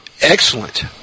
excellent